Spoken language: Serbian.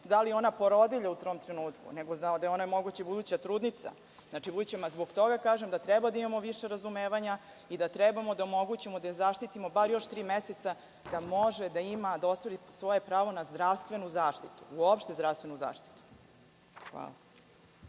da li je ona porodilja u tom trenutku, nego da je ona moguća i buduća trudnica. Zbog toga kažem da trebamo da imamo više razumevanja i da trebamo da omogućimo da je zaštitimo bar još tri meseca, da može da ostvari svoje pravo na zdravstvenu zaštitu, uopšte zdravstvenu zaštitu. Hvala.